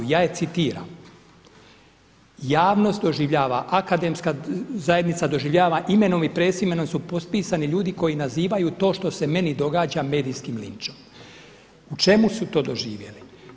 Ja je citiram: „Javnost doživljava Akademska zajednica doživljava imenom i prezimenom su potpisani ljudi koji nazivaju to što se meni događa medijskim linčom.“ U čemu su to doživjeli?